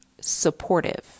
supportive